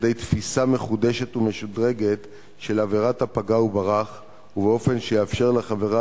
לכדי תפיסה מחודשת ומשודרגת של עבירת הפגע וברח באופן שיאפשר לחברה